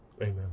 Amen